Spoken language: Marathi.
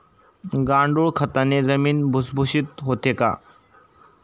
गांडूळ खताने जमीन भुसभुशीत होते का?